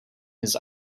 his